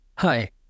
Hi